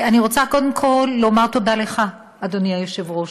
אני רוצה קודם כול לומר תודה לך, אדוני היושב-ראש,